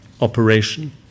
operation